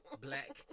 black